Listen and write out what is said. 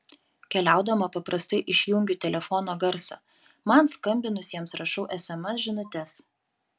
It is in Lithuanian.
keliaudama paprastai išjungiu telefono garsą man skambinusiems rašau sms žinutes